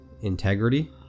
integrity